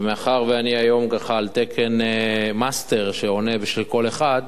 ומאחר שאני היום ככה על תקן מאסטר שעונה בשביל כל אחד,